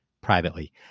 Privately